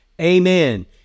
amen